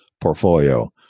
portfolio